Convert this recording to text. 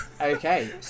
Okay